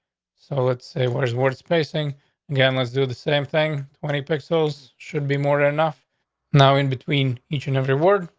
so let's say where's words placing again? let's do the same thing. twenty picks. those should be more than enough now, in between each and every word,